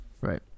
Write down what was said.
Right